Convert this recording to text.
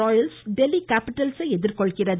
Royals Delhi கேப்பிட்டல்ஸை எதிர்கொள்கிறது